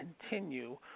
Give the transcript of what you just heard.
continue